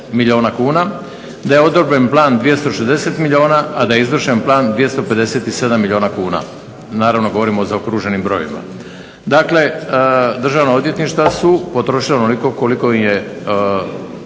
da je odobren plan 260 milijuna, a da je izvršen plan 257 milijuna kuna. Naravno govorimo o zaokruženim brojevima. Dakle državna odvjetništva su potrošila onoliko koliko im je